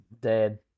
dead